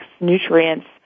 nutrients